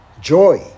joy